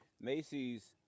macy's